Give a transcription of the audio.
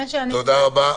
תודה רבה.